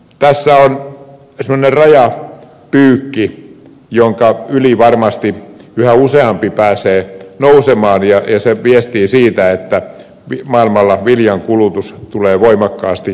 tässä on semmoinen rajapyykki jonka yli varmasti yhä useampi pääsee nousemaan ja se viestii siitä että maailmalla viljan kulutus tulee voimakkaasti kasvamaan